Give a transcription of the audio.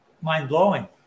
mind-blowing